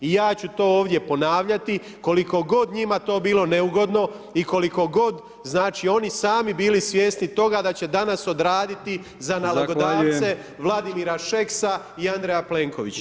I ja ću to ovdje ponavljati koliko god njima to bilo neugodno i koliko god znači oni sami bili svjesni toga da će danas odraditi za nalogodavce Vladimira Šeksa i Andreja Plenkovića.